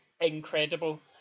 incredible